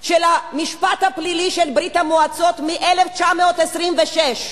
של המשפט הפלילי של ברית-המועצות מ-1926.